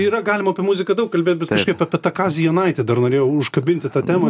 yra galima apie muziką daug kalbėt bet kažkaip apie tą kazį jonaitį dar norėjau užkabinti tą temą